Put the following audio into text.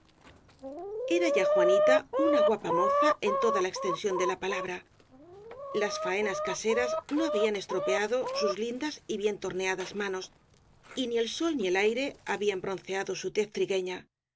era ya juanita una guapa moza en toda la exten sión de la palabra las faenas caseras no habían estropeado sus lindas y bien torneadas manos y ni el sol ni el aire habían bronceado su tez